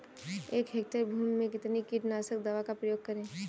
एक हेक्टेयर भूमि में कितनी कीटनाशक दवा का प्रयोग करें?